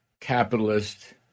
capitalist